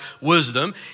wisdom